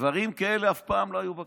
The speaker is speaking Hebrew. דברים כאלה אף פעם לא היו בכנסת.